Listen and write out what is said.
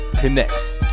Connects